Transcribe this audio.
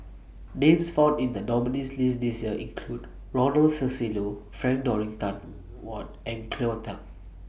Names found in The nominees' list This Year include Ronald Susilo Frank Dorrington Ward and Cleo Thang